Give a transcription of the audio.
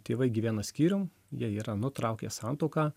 tėvai gyvena skyrium jie yra nutraukę santuoką